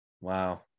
wow